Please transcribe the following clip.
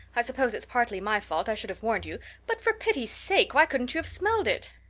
i suppose it's partly my fault i should have warned you but for pity's sake why couldn't you have smelled it?